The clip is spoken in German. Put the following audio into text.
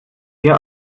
hier